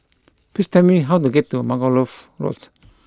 please tell me how to get to Margoliouth Road